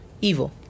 Evil